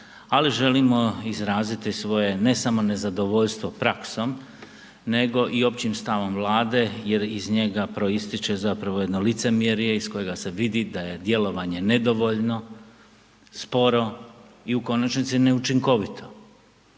ali želimo izraziti svoje ne samo nezadovoljstvo praksom nego i općim stavom Vlade jer iz njega proističe zapravo jedno licemjerje iz kojega se vidi da je djelovanje nedovoljno, sporo i u konačnici ne učinkovito.